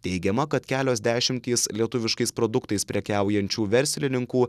teigiama kad kelios dešimtys lietuviškais produktais prekiaujančių verslininkų